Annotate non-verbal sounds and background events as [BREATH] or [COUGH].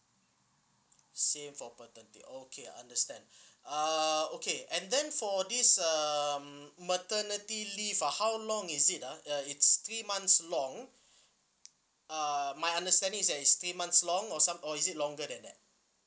same for paternity okay understand [BREATH] uh okay and then for this um maternity leave ah how long is it ah uh it's three months long uh my understanding is that is three months long or some or is it longer than that